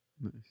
Nice